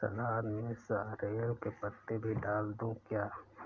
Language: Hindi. सलाद में सॉरेल के पत्ते भी डाल दूं क्या?